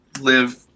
live